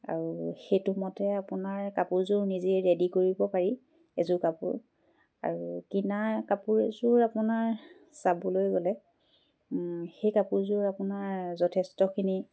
আৰু সেইটো মতে আপোনাৰ কাপোৰযোৰ নিজেই ৰেডি কৰিব পাৰি এযোৰ কাপোৰ আৰু কিনা কাপোৰ এযোৰ আপোনাৰ চাবলৈ গ'লে সেই কাপোৰযোৰ আপোনাৰ যথেষ্টখিনি